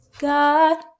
God